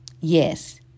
Yes